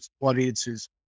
audiences